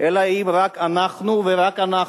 אלא אם רק אנחנו ורק אנחנו.